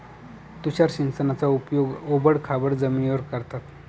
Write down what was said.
तुषार सिंचनाचा उपयोग ओबड खाबड जमिनीवर करतात